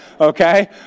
Okay